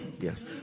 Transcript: Yes